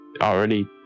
already